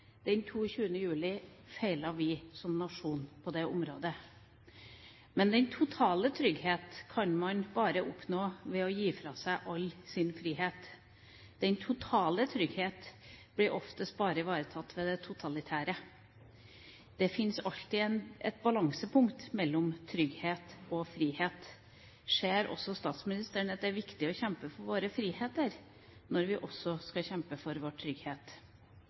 Den 22. juli feilet vi som nasjon på det området. Men den totale trygghet kan man bare oppnå ved å gi fra seg all sin frihet. Den totale trygghet blir oftest bare ivaretatt ved det totalitære. Det finnes alltid et balansepunkt mellom trygghet og frihet. Ser også statsministeren at det er viktig å kjempe for våre friheter når vi skal kjempe for vår trygghet?